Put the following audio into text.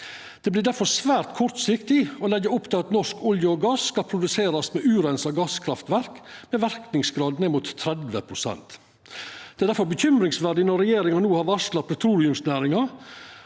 Det vert difor svært kortsiktig å leggja opp til at norsk olje og gass skal produserast med ureinsa gasskraftverk med verknadsgrad ned mot 30 pst. Det er difor bekymringsverdig når regjeringa no har varsla petroleumsnæringa